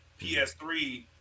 PS3